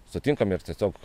sutinkam ir tiesiog